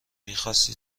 میخاستی